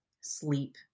sleep